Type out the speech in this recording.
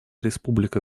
республика